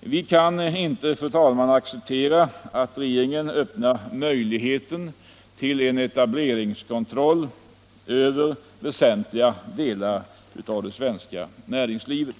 Vi kan inte, fru talman, acceptera att regeringen öppnar möjlighet till etableringskontroll över väsentliga delar av näringslivet.